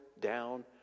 down